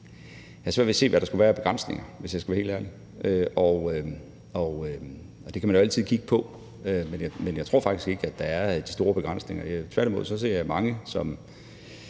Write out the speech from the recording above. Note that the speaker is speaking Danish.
jeg svært ved at se, hvad der skulle være af begrænsninger, hvis jeg skal være helt ærlig. Og det kan man jo altid kigge på, men jeg tror faktisk ikke, at der er de store begrænsninger. Tværtimod ser jeg mange, som